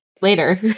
later